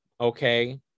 Okay